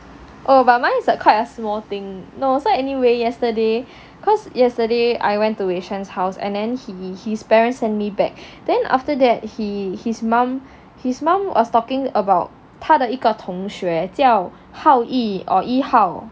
oh but mine is like quite a small thing no so anyway yesterday cause yesterday I went to wei xuan's house and then he his parents send me back then after that he his mum his mum was talking about 他的一个同学叫 hao yee or yee hao